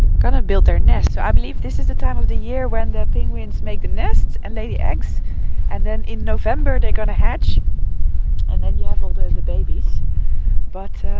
going to build their nest so i believe this is the time of the year when the penguins make the nests and lay the eggs and then in november they're going to hatch and then you have all the the babies but